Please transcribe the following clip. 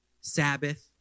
Sabbath